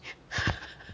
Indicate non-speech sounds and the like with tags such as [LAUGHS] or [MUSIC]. [LAUGHS]